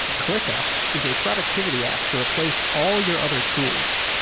clickup is a productivity app to replace all your other tools.